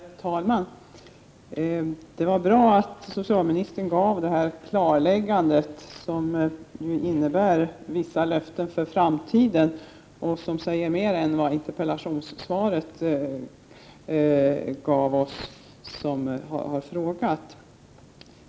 Herr talman! Det var bra att socialministern gjorde det klarläggandet, som ju innebar vissa löften för framtiden och som gav mer än vad interpellationssvaret gav oss som har frågat.